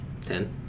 Ten